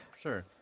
sure